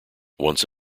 once